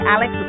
Alex